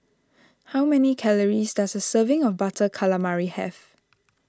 how many calories does a serving of Butter Calamari have